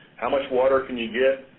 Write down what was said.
how much water can you get?